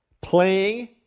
playing